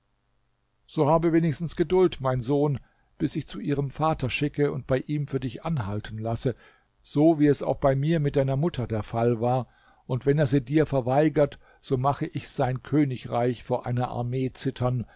so habe wenigstens geduld mein sohn bis ich zu ihrem vater schicke und bei ihm für dich anhalten lasse so wie es auch bei mir mit deiner mutter der fall war und wenn er sie dir verweigert so mache ich sein königreich vor einer armee zittern